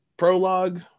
Prologue